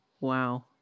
Wow